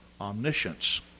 omniscience